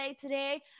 today